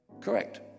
Correct